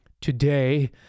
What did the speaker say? Today